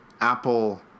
apple